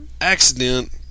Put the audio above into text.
Accident